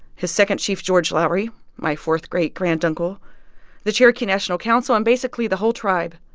his second chief george lowery my fourth great-grand uncle the cherokee national council and basically the whole tribe,